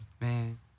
man